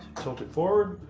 tilt it forward.